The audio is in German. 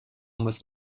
muss